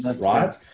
right